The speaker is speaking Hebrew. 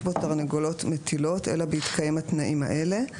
בו תרנגולות מטילות אלא בהתקיים התנאים האלה: